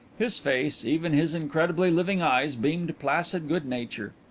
his face, even his incredibly living eyes, beamed placid good-nature.